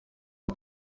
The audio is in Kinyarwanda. aho